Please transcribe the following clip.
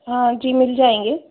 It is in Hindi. हाँ जी मिल जाएँगे